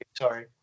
Sorry